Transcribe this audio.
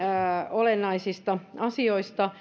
olennaisista asioista siltä